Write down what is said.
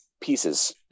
pieces